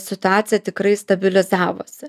situacija tikrai stabilizavosi